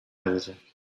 edecek